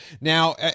Now